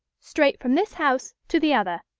straight from this house to the other,